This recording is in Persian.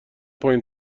پایین